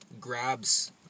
grabs